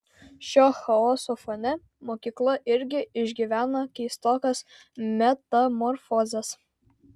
šio chaoso fone mokykla irgi išgyvena keistokas metamorfozes